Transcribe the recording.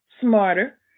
smarter